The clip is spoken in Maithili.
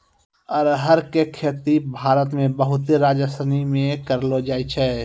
अरहर के खेती भारत मे बहुते राज्यसनी मे करलो जाय छै